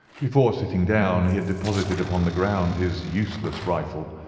before sitting down, he had deposited upon the ground his useless rifle,